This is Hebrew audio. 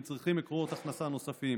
הם צריכים מקורות הכנסה נוספים,